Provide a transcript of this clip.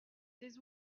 des